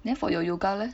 then for your yoga leh